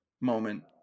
moment